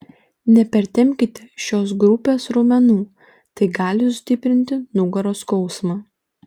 nepertempkite šios grupės raumenų tai gali sustiprinti nugaros skausmą